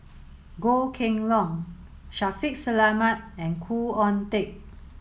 Goh Kheng Long Shaffiq Selamat and Khoo Oon Teik